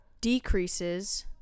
decreases